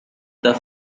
the